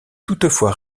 toutefois